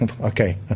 Okay